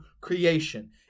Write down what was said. creation